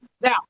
Now